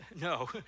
No